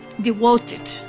Devoted